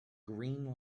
green